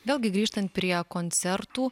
vėlgi grįžtant prie koncertų